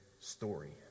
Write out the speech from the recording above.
story